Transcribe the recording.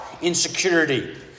insecurity